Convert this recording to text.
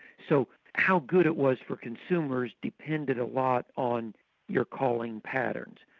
so how good it was for consumers depended a lot on your calling patterns.